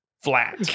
flat